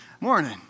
morning